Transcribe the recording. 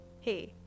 Hey